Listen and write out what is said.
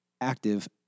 active